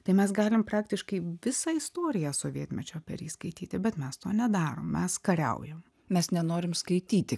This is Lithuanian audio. tai mes galim praktiškai visą istoriją sovietmečio per jį skaityti bet mes to nedarom mes kariaujam mes nenorim skaityti